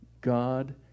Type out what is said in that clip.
God